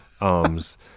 arms